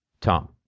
Tom